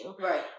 Right